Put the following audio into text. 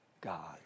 God